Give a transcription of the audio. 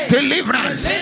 Deliverance